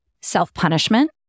Self-punishment